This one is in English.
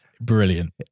Brilliant